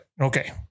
Okay